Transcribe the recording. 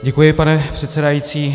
Děkuji, pane předsedající.